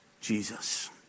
Jesus